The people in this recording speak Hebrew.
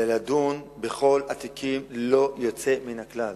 אלא לדון בכל התיקים ללא יוצא מן הכלל.